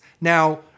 Now